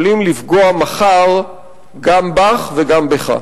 יכולים לפגוע מחר גם בך וגם בך.